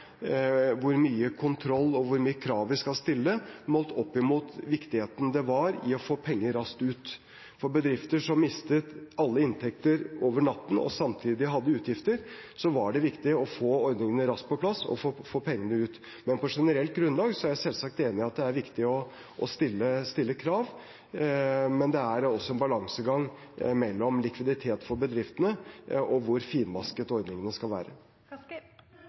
krav vi skal stille, målt opp mot hvor viktig det var å få penger raskt ut. For bedrifter som mistet alle inntekter over natten og samtidig hadde utgifter, var det viktig å få ordningene raskt på plass og få pengene ut. På generelt grunnlag er jeg selvsagt enig i at det er viktig å stille krav, men det er også en balansegang mellom likviditet for bedriftene og hvor finmasket ordningene skal være.